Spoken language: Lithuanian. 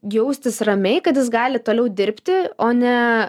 jaustis ramiai kad jis gali toliau dirbti o ne